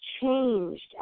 changed